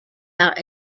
out